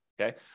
Okay